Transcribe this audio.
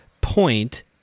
point